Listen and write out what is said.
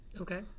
Okay